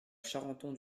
charenton